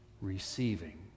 receiving